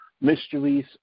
mysteries